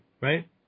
Right